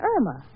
Irma